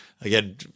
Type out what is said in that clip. Again